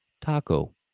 taco